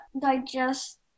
digest